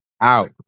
Out